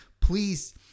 Please